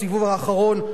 בסיבוב האחרון,